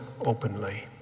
openly